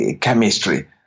chemistry